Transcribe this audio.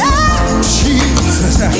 Jesus